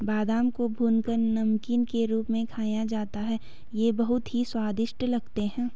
बादाम को भूनकर नमकीन के रूप में खाया जाता है ये बहुत ही स्वादिष्ट लगते हैं